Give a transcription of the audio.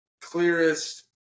clearest